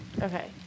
Okay